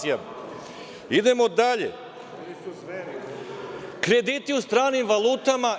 Idemo dalje, krediti u stranim valutama.